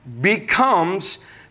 Becomes